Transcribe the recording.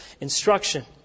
instruction